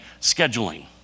scheduling